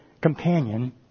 companion